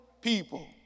people